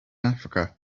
africa